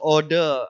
Order